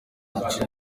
ico